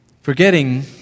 Forgetting